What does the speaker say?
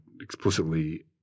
explicitly